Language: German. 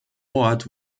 ort